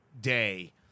day